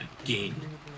again